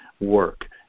work